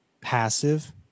passive